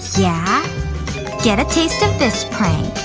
yeah get a taste of this prey